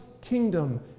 kingdom